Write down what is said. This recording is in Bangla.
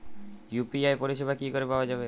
ইউ.পি.আই পরিষেবা কি করে পাওয়া যাবে?